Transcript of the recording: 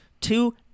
two